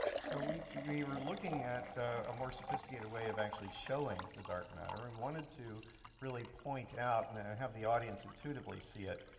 so, we we were looking at a more sophisticated way of actually showing the dark matter and wanted to really point out and have the audience intuitively see it.